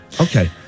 Okay